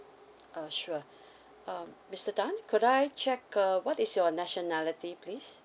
uh sure um mister tan could I check uh what is your nationality please